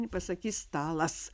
nepasakys stalas